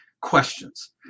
questions